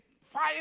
fire